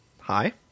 Hi